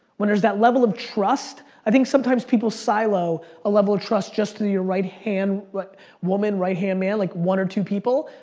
when there's that level of trust, i think sometimes people silo a level of trust just to your right-hand but woman, right-hand man, like one or two people,